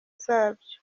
zabyo